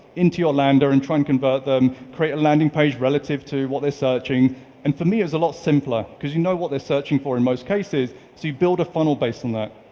into your lander, and try and convert them. create a landing page relative to what they're searching and for me, it's a lot simpler because you know what they're searching for in most cases. so you build a funnel based on that.